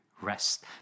rest